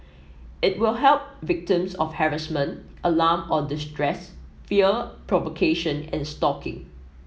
it will help victims of harassment alarm or distress fear provocation and stalking